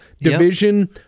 Division